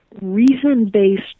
reason-based